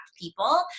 people